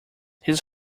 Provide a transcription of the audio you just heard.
his